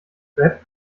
rap